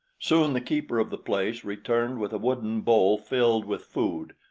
soon the keeper of the place returned with a wooden bowl filled with food.